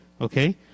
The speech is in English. Okay